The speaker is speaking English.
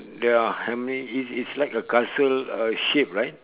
there are how many it's it's like a castle uh shape right